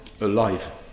alive